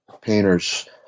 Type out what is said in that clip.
painters